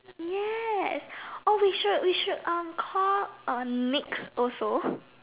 yes oh we should we should um call uh Nick also